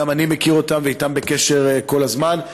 וגם אני מכיר אותם ואיתם בקשר כל הזמן.